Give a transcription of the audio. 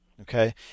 Okay